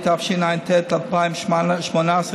התשע"ט 2018,